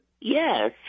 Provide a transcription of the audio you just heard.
Yes